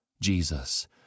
Jesus